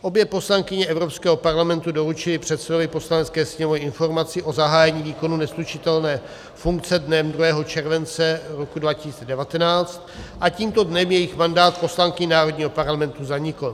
Obě poslankyně Evropského parlamentu doručily předsedovi Poslanecké sněmovny informaci o zahájení výkonu neslučitelné funkce dnem 2. července 2019 a tímto dnem jejich mandát poslankyň národního parlamentu zanikl.